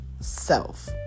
self